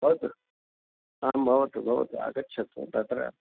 भवतु आं भवतु भवतु आगच्छतु तत्र